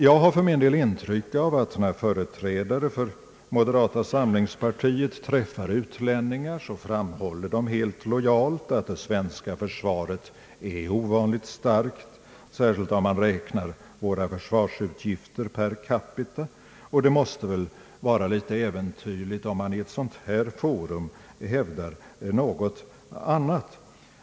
Jag har för min del intrycket av att när företrädare för moderata samlingspartiet — träffar — utlänningar framhåller de helt lojalt att det svenska försvaret är ovanligt starkt, särskilt om man räknar våra försvarsutgifter per capita. Det måste väl vara litet äventyrligt om man i ett sådant här forum hävdar något annat.